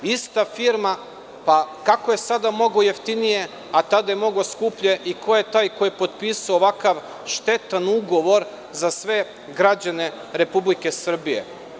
Ista firma pa kako je sada moglo jeftinije, a i koje taj ko je potpisao ovakav štetan ugovor za sve građane Republike Srbije?